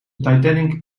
titanic